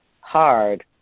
hard